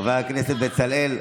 חבר הכנסת בצלאל,